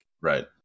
right